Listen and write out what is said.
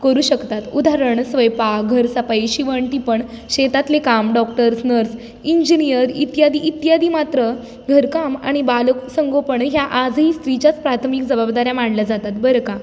करू शकतात उदाहरणं स्वयंपाक घरसफाई शिवण टिपण शेतातले काम डॉक्टर्स नर्स इंजिनियर इत्यादी इत्यादी मात्र घरकाम आणि बालसंगोपण ह्या आजही स्त्रीच्याच प्राथमिक जबाबदाऱ्या मानल्या जातात बरं का